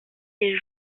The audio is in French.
les